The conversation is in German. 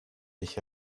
dich